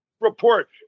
report